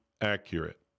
accurate